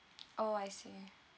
orh I see